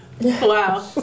Wow